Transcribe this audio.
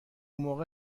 موقع